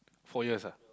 four years ah